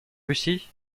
russie